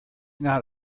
not